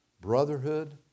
brotherhood